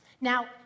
Now